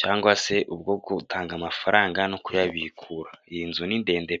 cyangwa se ubwo gutanga amafaranga no kuyabikura iyi nzu ni ndende.